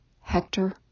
Hector